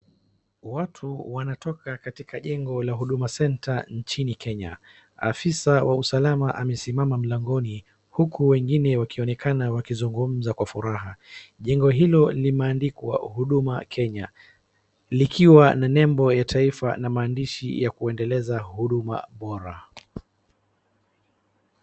Watu wanatoka katika jengo la huduma centre nchini Kenya. Ofisa wa usalama amesimama mlangoni huku wengine wakionekana kuzungumza kwa furaha. Jengo hilo limeandikwa huduma Kenya likiwa na nembo ya taifa na maandishi ya kuendeleza huduma bora.